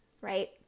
right